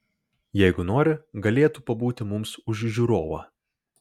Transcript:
jeigu nori galėtų pabūti mums už žiūrovą